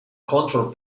control